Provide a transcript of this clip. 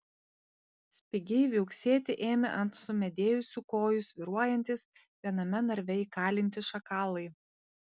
spigiai viauksėti ėmė ant sumedėjusių kojų svyruojantys viename narve įkalinti šakalai